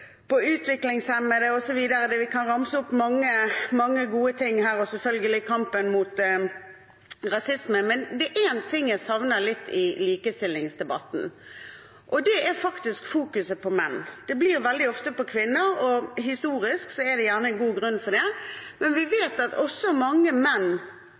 på utviklingshemmede osv. Vi kan ramse opp mange gode ting, og selvfølgelig kampen mot rasisme. Men det er en ting jeg savner litt i likestillingsdebatten, og det er fokuset på menn. Det blir veldig ofte om kvinner. Historisk er det gjerne en god grunn til det, men vi vet at også mange menn